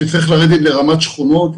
לרמת שכונות.